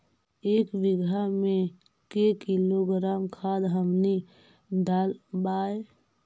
एक बीघा मे के किलोग्राम खाद हमनि डालबाय?